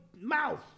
mouth